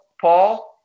Paul